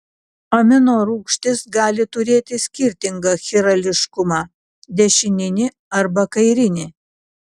aminorūgštys gali turėti skirtingą chirališkumą dešininį arba kairinį